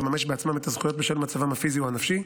לממש בעצמם את הזכויות בשל מצבם הפיזי או הנפשי,